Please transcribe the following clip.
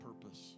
purpose